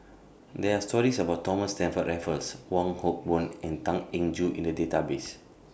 There Are stories about Thomas Stamford Raffles Wong Hock Boon and Tan Eng Joo in The Database